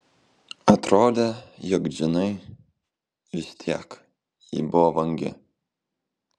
atrodė jog džinai vis tiek ji buvo vangi